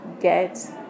get